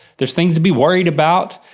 there's things to be worried about,